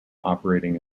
operating